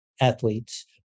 athletes